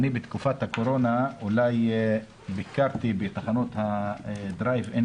בתקופת הקורונה ביקרתי בתחנות הדרייב-אין